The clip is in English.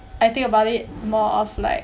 I think about it more of like